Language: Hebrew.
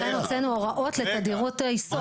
לכן הוצאנו הוראות לתדירות האיסוף.